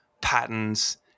patterns